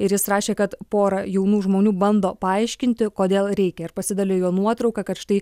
ir jis rašė kad pora jaunų žmonių bando paaiškinti kodėl reikia ir pasidalijo nuotrauka kad štai